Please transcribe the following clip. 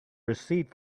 receipt